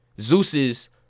Zeus's